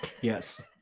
Yes